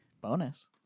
bonus